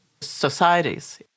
societies